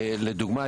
לדוגמה,